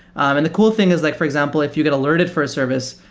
and the cool thing is like, for example, if you get alerted for a service,